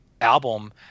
album